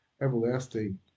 everlasting